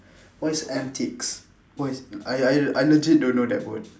what is antics what is I I I legit don't know that word